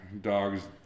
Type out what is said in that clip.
dogs